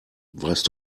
weißt